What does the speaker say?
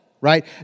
right